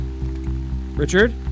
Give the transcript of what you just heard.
Richard